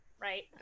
right